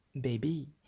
Baby